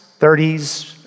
30s